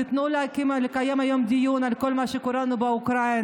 תיתנו לקיים היום דיון על כל מה שקורה לנו באוקראינה.